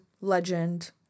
legend